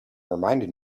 reminded